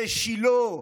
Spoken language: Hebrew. בשילה,